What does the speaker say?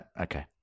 okay